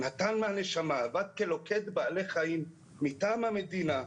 נתן מהנשמה, עבד כלוכד בעלי חיים מטעם המדינה?